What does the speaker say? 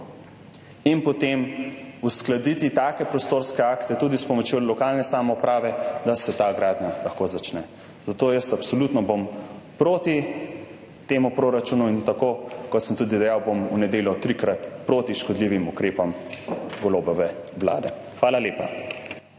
In potem uskladiti take prostorske akte tudi s pomočjo lokalne samouprave, da se ta gradnja lahko začne. Zato bom absolutno proti temu proračunu. In tako kot sem tudi dejal, v nedeljo bom trikrat proti škodljivim ukrepom Golobove vlade. Hvala lepa.